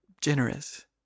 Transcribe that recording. generous